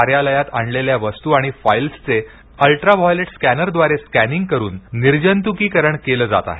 कार्यालयात आणलेल्या वस्तु आणि फाइल्सचे अल्ट्रा व्हॉयलेट स्कॅनर द्वारे स्कॅनिंग करून निर्जंतुकीकरण केले जात आहेत